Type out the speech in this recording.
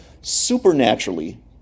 supernaturally